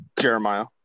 Jeremiah